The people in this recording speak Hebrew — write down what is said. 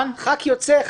ח"כ יוצא,